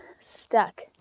stuck